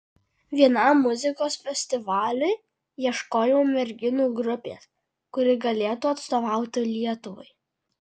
vienam muzikos festivaliui ieškojau merginų grupės kuri galėtų atstovauti lietuvai